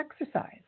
exercise